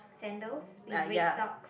sandals with red socks